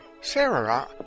Sarah